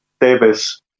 Davis